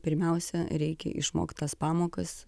pirmiausia reikia išmokt tas pamokas